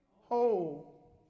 whole